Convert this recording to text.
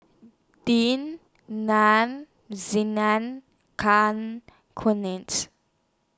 Ding Nam Zainal Can Kuning's